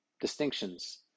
distinctions